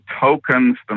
tokens